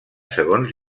segons